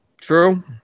True